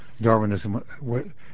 Darwinism